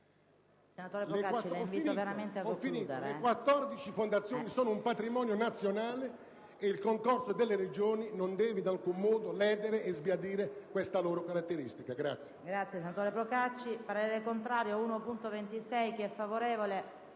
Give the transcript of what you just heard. Ho finito. Le 14 fondazioni sono un patrimonio nazionale, e il concorso delle Regioni non deve in alcun modo sbiadire e ledere questa loro caratteristica.